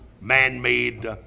man-made